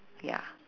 ya